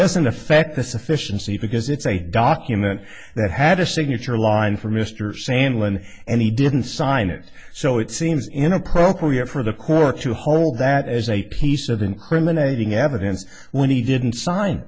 doesn't affect the sufficiency because it's a document that had a signature line for mr sandlin and he didn't sign it so it seems inappropriate for the court to hold that as a piece of incriminating evidence when he didn't sign